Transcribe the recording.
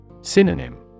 Synonym